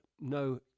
No